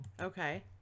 Okay